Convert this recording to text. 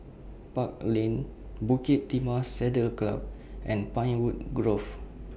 Park Lane Bukit Timah Saddle Club and Pinewood Grove